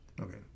Okay